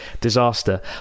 disaster